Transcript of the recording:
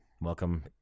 welcome